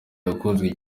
yakunzwe